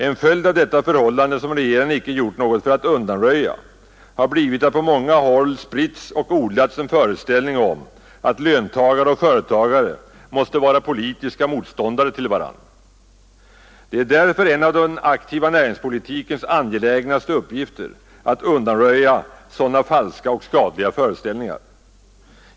En följd av detta förhållande som regeringen icke gjort något för att undanröja har blivit att på många håll spritts och odlats en föreställning om att löntagare och företagare måste vara politiska motståndare till varandra. Det är därför en av den aktiva näringspolitikens angelägnaste uppgifter att undanröja sådana falska och skadliga föreställningar.